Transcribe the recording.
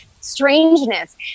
strangeness